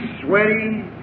sweaty